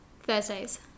Thursdays